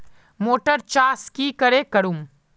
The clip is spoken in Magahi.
मोटर चास की करे करूम?